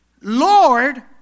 lord